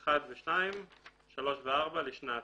(I + II / III + IV) לשנת"."